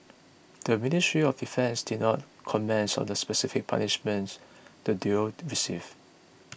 the Ministry of Defence did not comment on the specific punishments the duo received